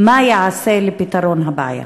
2. מה ייעשה לפתרון הבעיה?